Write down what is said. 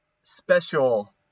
special